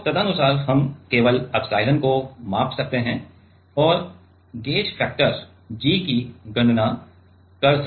तो तदनुसार हम केवल ε को माप सकते हैं और गेज फैक्टर G की गणना कर सकते हैं